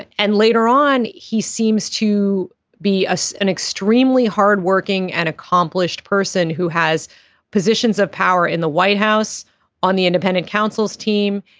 and and later on he seems to be ah so an extremely hard working and accomplished person who has positions of power in the white house on the independent counsel's team.